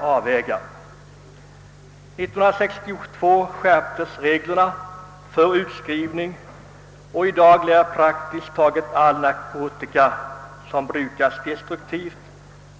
1962 skärptes reglerna för utskrivning av recept på narkotika och i dag lär praktiskt taget all narkotika, som brukas destruktivt,